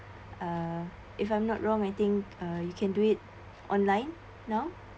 uh if I'm not wrong I think uh you can do it online now